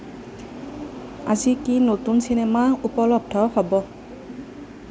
আজি কি নতুন চিনেমা উপলব্ধ হ'ব